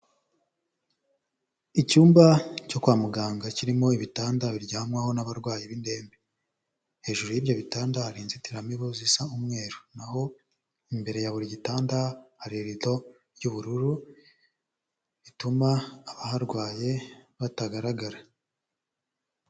Icyumba cyo kwa muganga kirimo ibitanda biryamwaho n'abarwayi b'indembe, hejuru y'ibyo bitanda hari inzitiramibu zisa umweru, na ho imbere ya buri gitanda hari irido ry'ubururu rituma abaharwaye batagaragara.